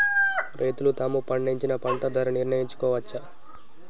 రైతులు తాము పండించిన పంట ధర నిర్ణయించుకోవచ్చా?